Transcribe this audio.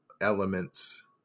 elements